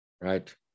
right